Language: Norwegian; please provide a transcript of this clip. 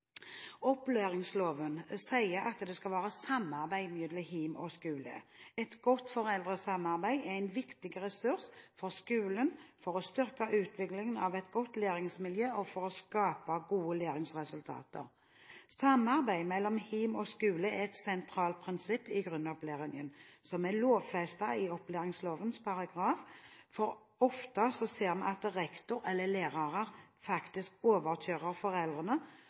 Opplæringsloven sier at det skal være samarbeid mellom hjem og skole. Et godt foreldresamarbeid er en viktig ressurs for skolen for å styrke utviklingen av et godt læringsmiljø og for å skape gode læringsresultater. Samarbeid mellom hjem og skole er et sentralt prinsipp i grunnopplæringen som er lovfestet i opplæringsloven. Ofte ser vi at rektor eller lærere overkjører foreldrene